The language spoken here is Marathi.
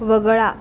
वगळा